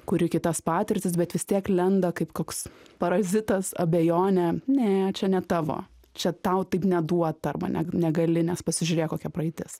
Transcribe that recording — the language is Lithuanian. kuri kitas patirtis bet vis tiek lenda kaip koks parazitas abejonė ne čia ne tavo čia tau taip neduota arba ne negali nes pasižiūrėk kokia praeitis